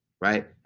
right